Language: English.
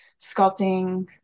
sculpting